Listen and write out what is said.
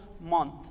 month